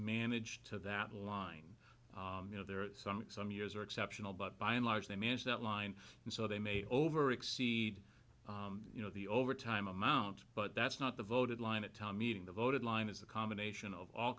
managed to that line you know there are some years are exceptional but by and large they manage that line and so they may over exceed you know the overtime amount but that's not the voted line at town meeting the voted line is a combination of all